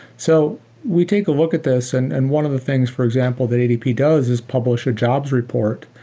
so we take a look at this, and and one of the things, for example, that adp does is publish a jobs report.